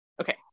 okay